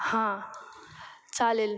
हां चालेल